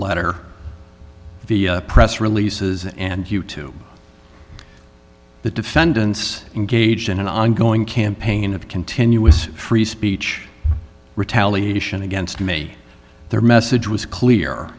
letter of the press releases and due to the defendants engaged in an ongoing campaign of continuous free speech retaliation against me their message was clear